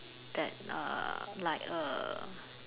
that err like uh